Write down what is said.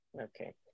Okay